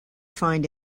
find